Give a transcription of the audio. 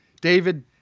David